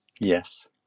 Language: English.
yes